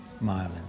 myelin